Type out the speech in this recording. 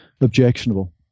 objectionable